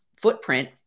footprint